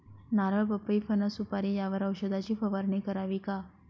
नारळ, पपई, फणस, सुपारी यावर औषधाची फवारणी करावी का?